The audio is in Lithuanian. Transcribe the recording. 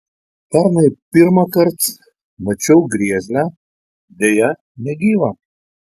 pernai pirmąkart mačiau griežlę deja negyvą